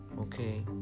okay